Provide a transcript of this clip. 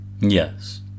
Yes